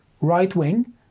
right-wing